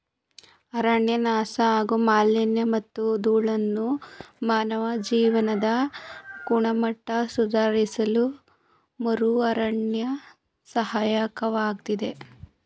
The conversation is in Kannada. ಅರಣ್ಯನಾಶ ಹಾಗೂ ಮಾಲಿನ್ಯಮತ್ತು ಧೂಳನ್ನು ಮಾನವ ಜೀವನದ ಗುಣಮಟ್ಟ ಸುಧಾರಿಸಲುಮರುಅರಣ್ಯ ಸಹಾಯಕವಾಗ್ತದೆ